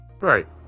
Right